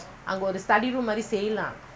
உள்ள:ulla three room தாவரும்:tha varum